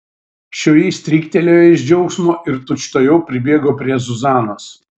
šioji stryktelėjo iš džiaugsmo ir tučtuojau pribėgo prie zuzanos